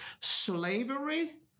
Slavery